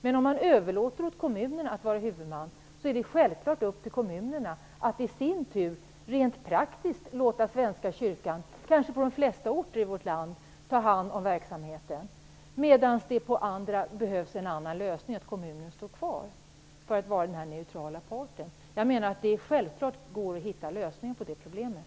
Men om man överlåter åt kommunerna att vara huvudman är det självklart upp till kommunerna att i sin tur rent praktiskt låta Svenska kyrkan ta hand om verksamheten - kanske på de flesta orter i vårt land. På andra orter behövs en annan lösning - att kommunen står kvar som en neutral part. Det går självfallet att hitta lösningar på det problemet.